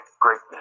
greatness